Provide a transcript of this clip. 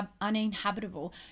uninhabitable